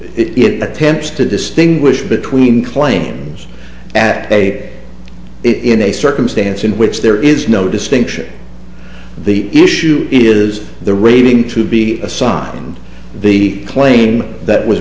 attempts to distinguish between claims at a it in a circumstance in which there is no distinction the issue is the rating to be assigned the claim that was